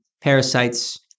parasites